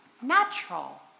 natural